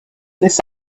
this